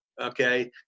okay